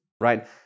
right